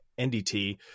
NDT